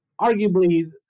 arguably